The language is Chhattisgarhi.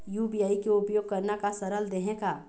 यू.पी.आई के उपयोग करना का सरल देहें का?